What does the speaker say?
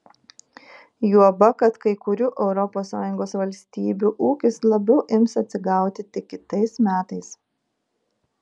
juoba kad kai kurių europos sąjungos valstybių ūkis labiau ims atsigauti tik kitais metais